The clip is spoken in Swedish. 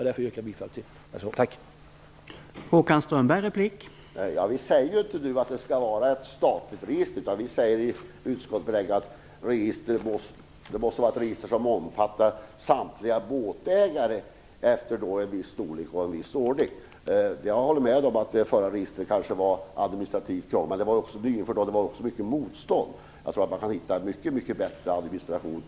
Därför yrkar jag bifall till reservationen.